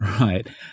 right